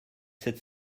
sept